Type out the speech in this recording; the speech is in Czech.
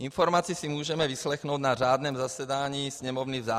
Informaci si můžeme vyslechnout na řádném zasedání Sněmovny v září.